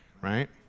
right